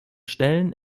stellen